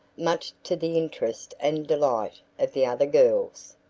much to the interest and delight of the other girls.